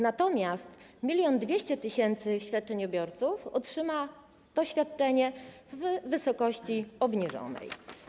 Natomiast 1200 tys. świadczeniobiorców otrzyma to świadczenie w wysokości obniżonej.